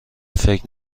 فکر